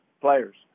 players